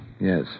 Yes